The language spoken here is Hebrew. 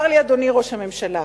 צר לי, אדוני ראש הממשלה.